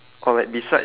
ya